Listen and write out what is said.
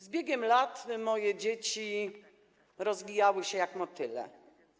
Z biegiem lat moje dzieci rozwijały się jak motyle.